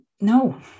no